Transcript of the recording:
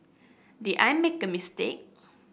did I make a mistake